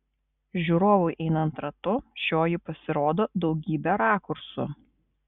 žiūrovui einant ratu šioji pasirodo daugybe rakursų